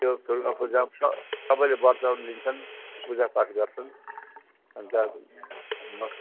त्यो दुर्गापुजा स सबैले वर्त लिन्छन् पुजापाठ गर्छन् अन्त